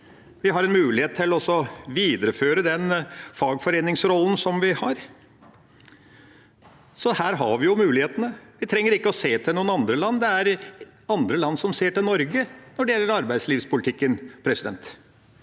vi har en mulighet til å videreføre den fagforeningsrollen som vi har – her har vi jo mulighetene. Vi trenger ikke å se til noen andre land, det er andre land som ser til Norge når det gjelder arbeidslivspolitikken. Så vil